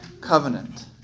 covenant